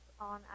on